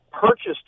purchased